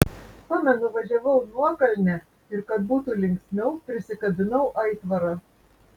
pamenu važiavau nuokalne ir kad būtų linksmiau prisikabinau aitvarą